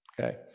Okay